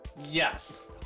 Yes